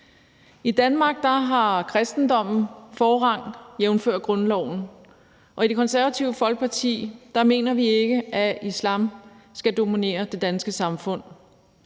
I Danmark har kristendommen forrang, jævnfør grundloven, og i Det Konservative Folkeparti mener vi ikke, at islam skal dominere det danske samfund.